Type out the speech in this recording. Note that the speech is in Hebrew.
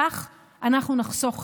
כך אנחנו נחסוך חיים,